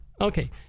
Okay